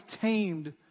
tamed